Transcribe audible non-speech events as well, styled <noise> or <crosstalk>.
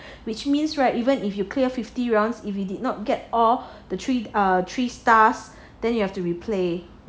<noise> which means right even if you clear fifty rounds if you did not get all the three three stars you have to replay